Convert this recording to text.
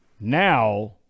now